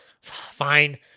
fine